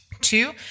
Two